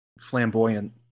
flamboyant